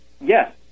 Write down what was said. yes